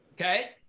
okay